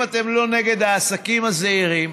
אם אתם לא נגד העסקים הזעירים,